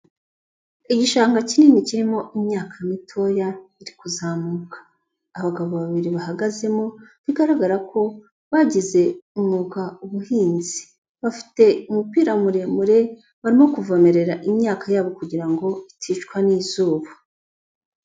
Igishanga kinini kirimo imyaka mitoya iri kuzamuka, abagabo babiri bahagazemo bigaragara ko bagize umwuga ubuhinzi, bafite umupira muremure, barimo kuvomerera imyaka yabo kugira ngo iticwa n'izuba.